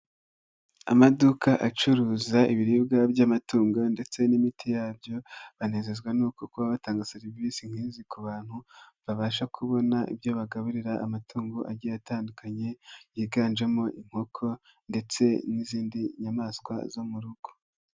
Amaduka acuruza ibiribwa by'amatungo ndetse n'imiti yabyo, banezezwa nuko kuba batanga serivisi nk'izi ku bantu, babasha kubona ibyo bagaburira amatungo agiye atandukanye, yiganjemo inkoko, ndetse n'izindi nyamaswa zo mu rugo.